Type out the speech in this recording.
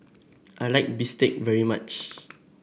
I like Bistake very much